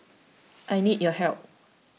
I need your help